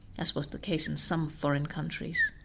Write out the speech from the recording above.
as was the case in some foreign countries.